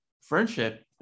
friendship